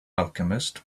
alchemist